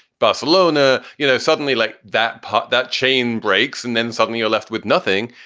barcelona, you know, suddenly like that popped, that chain breaks and then suddenly you're left with nothing.